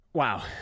Wow